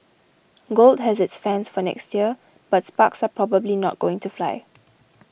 gold has its fans for next year but sparks are probably not going to fly